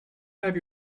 have